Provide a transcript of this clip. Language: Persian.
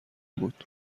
بود